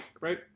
right